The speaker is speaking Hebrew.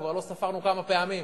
כבר לא ספרנו כמה פעמים,